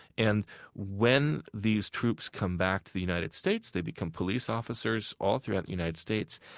and when these troops come back to the united states, they become police officers all throughout the united states.